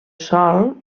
sòl